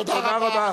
תודה רבה.